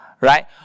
right